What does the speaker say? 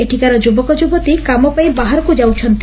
ଏଠିକାର ଯୁବକଯୁବତୀ କାମ ପାଇଁ ବାହାରକୁ ଯାଉଛନ୍ତି